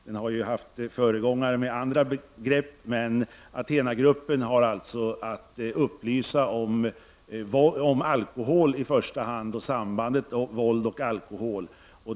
Den har ju haft föregångare med andra grepp, men Athena-gruppen har alltså till uppgift att upplysa om i första hand alkohol och sambandet mellan våld och alkohol.